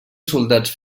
soldats